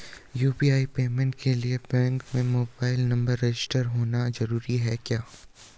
UPI payment के लिए bank में मोबाइल नंबर रजिस्टर्ड होना जरूरी है क्या?